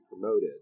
promoted